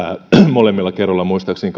molemmilla kerroilla muistaakseni